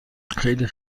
خیلی